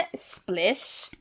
splish